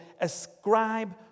ascribe